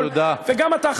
וגם אתה,